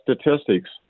statistics